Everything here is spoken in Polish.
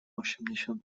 osiemdziesiąt